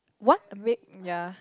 what make ya